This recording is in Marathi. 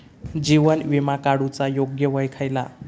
जीवन विमा काडूचा योग्य वय खयला?